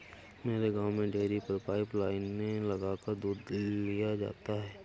मेरे गांव में डेरी पर पाइप लाइने लगाकर दूध लिया जाता है